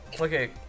Okay